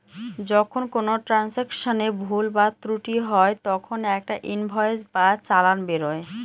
যখন কোনো ট্রান্সাকশনে ভুল বা ত্রুটি হয় তখন একটা ইনভয়েস বা চালান বেরোয়